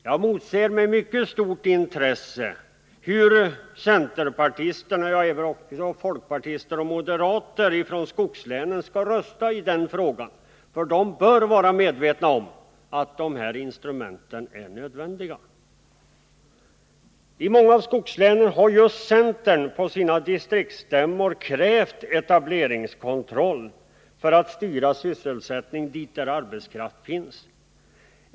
Jag motser med mycket stort intresse hur centerpartisterna, folkpartisterna och moderaterna från skogslänen skall rösta i den frågan. De bör vara medvetna om att detta instrument är nödvändigt. I många av skogslänen har just centern på sina distriktsstämmor krävt etableringskontroll för att styra sysselsättning dit där arbetskraft finns.